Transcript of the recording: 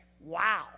Wow